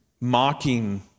mocking